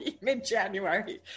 mid-January